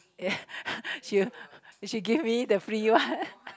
she she give me the free one